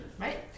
Right